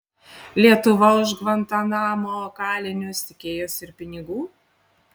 lietuva už gvantanamo kalinius tikėjosi ir pinigų